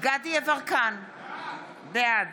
דסטה גדי יברקן, בעד